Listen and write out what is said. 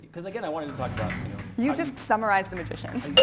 because again, i wanted to talk about you know you've just summarized the magicians.